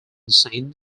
saint